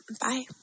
Bye